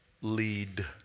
lead